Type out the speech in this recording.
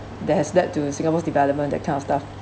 that has led to singapore's development that kind of stuff